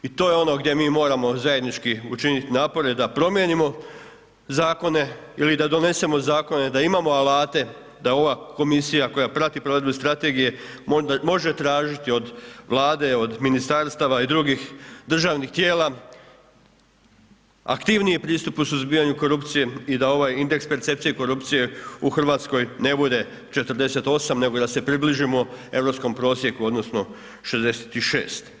I to je ono gdje mi moramo zajednički učiniti napore da promijenimo zakone ili da donesemo zakone da imamo alate da ova komisija koja prati provedbu strategije može tražiti od Vlade, ministarstava i drugih državnih tijela aktivniji pristup u suzbijanju korupcije i da ovaj indeks percepcije korupcije u Hrvatskoj ne bude 48 nego da se približimo europskom prosjeku odnosno 66.